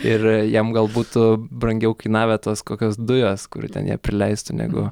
ir jiem gal būtų brangiau kainavę tos kokios dujos kurių jie ten neprileistų negu